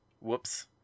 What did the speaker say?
whoops